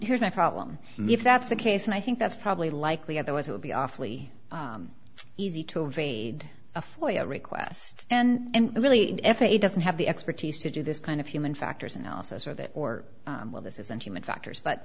here's my problem if that's the case and i think that's probably likely otherwise it would be awfully easy to evade a foyer request and really if he doesn't have the expertise to do this kind of human factors analysis or that or well this isn't human factors but